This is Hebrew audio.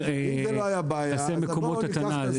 מקומות הטענה.